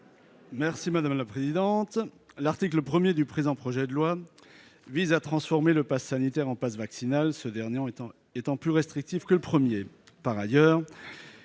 Christian Klinger. L'article 1 du présent projet de loi vise à transformer le passe sanitaire en passe vaccinal, ce dernier étant plus restrictif que le premier.